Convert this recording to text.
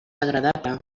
agradable